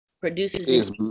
produces